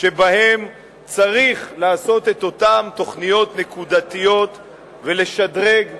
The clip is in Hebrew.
שבהם צריך לעשות את אותן תוכניות נקודתיות ולשדרג במשותף,